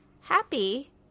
happy